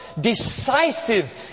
decisive